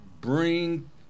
bring